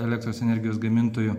elektros energijos gamintoju